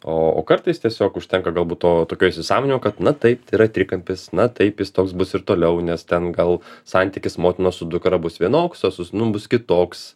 o kartais tiesiog užtenka galbūt to tokio įsisąmonino kad na taip tai yra trikampis na taip jis toks bus ir toliau nes ten gal santykis motinos su dukra bus vienoks o su sūnum bus kitoks